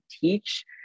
teach